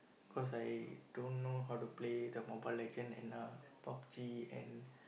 cause I don't know how to play the Mobile-Legend and uh Pub-G and